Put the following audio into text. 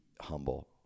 humble